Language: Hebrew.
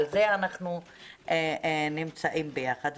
על זה אנחנו נמצאים ביחד.